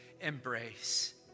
embrace